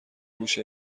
هوش